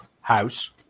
house